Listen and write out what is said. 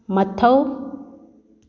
ꯃꯊꯧ